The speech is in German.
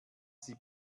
sie